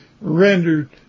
rendered